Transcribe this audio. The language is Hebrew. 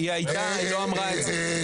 היא הייתה, היא לא אמרה את זה.